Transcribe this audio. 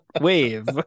wave